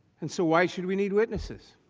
and so why should we need witnesses